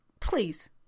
Please